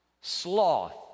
sloth